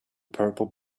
purple